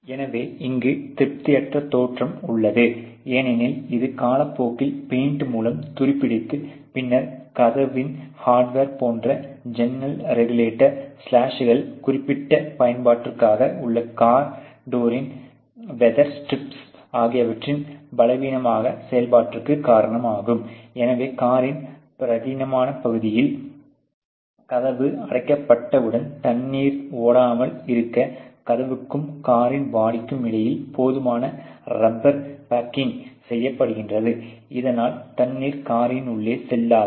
எனவே இங்கு திருப்தியற்ற தோற்றம் உள்ளது ஏனெனில் இது காலப்போக்கில் பெயிண்ட் மூலம் துருப்பிடித்து பின்னர் கதவின் ஹார்ட்வர் போன்ற ஜன்னல் ரெகுலேட்டர் ஸ்லாஸ்கள் குறிப்பிட்ட பயன்பாட்டிற்க்குகாக உள்ள கார் டோரின் வேதர் ஸ்ட்ரிப்ஸ் ஆகியவற்றின் பலவீனமான செயல்ப்பாட்டிற்கு காரணம் ஆகும் எனவே காரின் பிரதான பகுதியில் கதவு அடைக்கப்பட்டவுடன் தண்ணீர் ஒட்டாமல் இருக்க கதவுக்கும் காரின் பாடிக்கும் இடையில் போதுமான ரப்பர் பேக்கிங் செய்யப்படுகிறது இதனால் தண்ணீர் காரின் உள்ளே செல்லாது